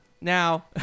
Now